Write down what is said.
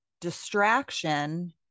distraction